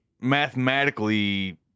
mathematically